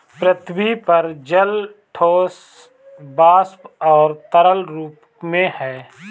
पृथ्वी पर जल ठोस, वाष्प और तरल रूप में है